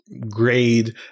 grade